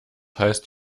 heißt